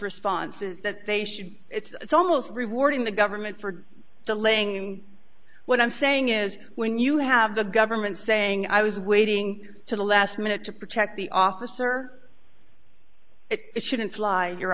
response is that they should it's almost rewarding the government for delaying what i'm saying is when you have the government saying i was waiting to the last minute to protect the officer it shouldn't fly your